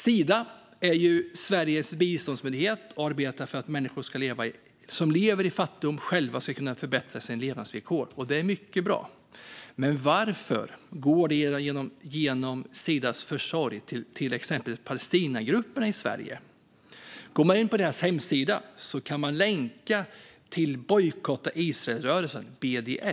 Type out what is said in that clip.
Sida är Sveriges biståndsmyndighet och arbetar för att människor som lever i fattigdom själva ska kunna förbättra sina levnadsvillkor. Det är mycket bra. Men varför går medel genom Sidas försorg till exempelvis Palestinagrupperna i Sverige? Går man in på deras hemsida kan man länka till Bojkotta Israel-rörelsen, BDS.